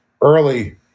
early